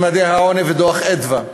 על ממדי העוני ועל דוח "מרכז אדוה".